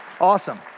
Awesome